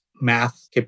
math